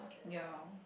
ya